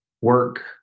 work